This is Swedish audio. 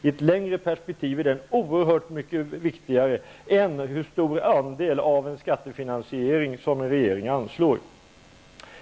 I ett längre perspektiv är det oerhört mycket viktigare än hur stor andel av en skattefinansiering som en regering anslår.